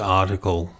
article